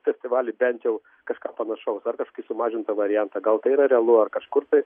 festivalį bent jau kažką panašaus ar kažkaip sumažintą variantą gal tai yra realu ar kažkur tai